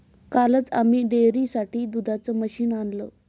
कालच आम्ही डेअरीसाठी दुधाचं मशीन आणलं